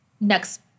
next